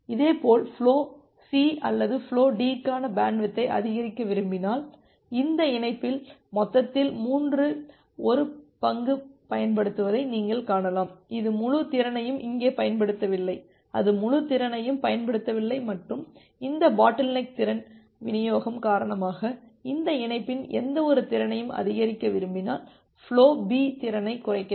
இதேபோல் flow C அல்லது flow D க்கான பேண்ட்வித்தை அதிகரிக்க விரும்பினால் இந்த இணைப்பில் மொத்தத்தில் மூன்றில் ஒரு பங்கு பயன்படுத்தப்படுவதை நீங்கள் காணலாம் இது முழு திறனையும் இங்கே பயன்படுத்தவில்லை அது முழு திறனையும் பயன்படுத்தவில்லை மற்றும் இந்த பாட்டில்நெக் திறன் விநியோகம் காரணமாக இந்த இணைப்பின் எந்தவொரு திறனையும் அதிகரிக்க விரும்பினால் ஃபுலோ B திறனை குறைக்க வேண்டும்